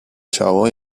ciało